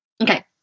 Okay